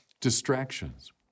distractions